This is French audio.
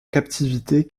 captivité